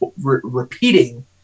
repeating